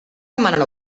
demanen